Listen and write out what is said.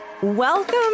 Welcome